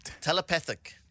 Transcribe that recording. Telepathic